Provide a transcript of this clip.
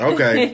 Okay